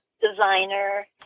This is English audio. designer